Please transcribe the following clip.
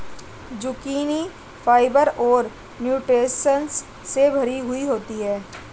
zucchini fibre और nutritions से भरी हुई होती है